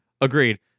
agreed